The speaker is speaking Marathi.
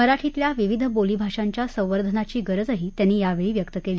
मराठीतल्या विविध बोलीभाषांच्या संवर्धनाची गरजही त्यांनी यावेळी व्यक्त केली